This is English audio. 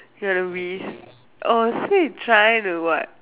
maybe orh so you trying to what